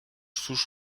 souches